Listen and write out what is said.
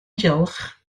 diolch